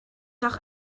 doch